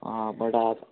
आं बट आ